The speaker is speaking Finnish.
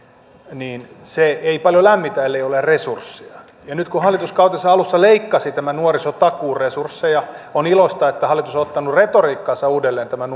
niin se ei paljon lämmitä ellei ole resursseja ja kun hallitus kautensa alussa leikkasi tämän nuorisotakuun resursseja on iloista että hallitus on ottanut retoriikkaansa uudelleen tämän